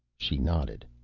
she nodded.